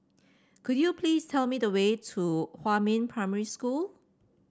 could you please tell me the way to Huamin Primary School